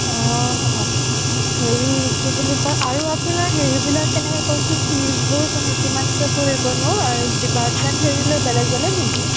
অ হেৰি কি বুলি কয় আৰু আপোনাৰ হেৰিবিলাক কেনেকৈ কওকচোন ফিজবোৰ কেনে কিমানকৈ পৰিবনো আৰু ডিপাৰ্টমেণ্ট হেৰি লৈ বেলেগ বেলেগ নেকি